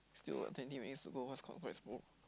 still got twenty minutes to go what's congrats bro